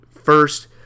first